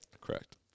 Correct